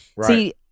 See